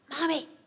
Mommy